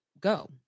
go